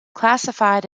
classified